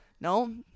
No